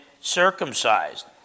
circumcised